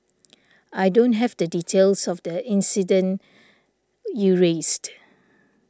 I don't have the details of the incident you raised